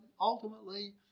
ultimately